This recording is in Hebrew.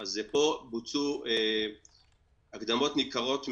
פה בוצעו הקדמות ניכרות מאוד.